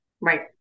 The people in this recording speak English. Right